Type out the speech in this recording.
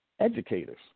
educators